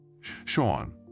Sean